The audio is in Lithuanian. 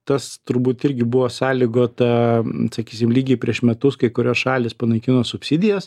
tas turbūt irgi buvo sąlygota sakysim lygiai prieš metus kai kurios šalys panaikino subsidijas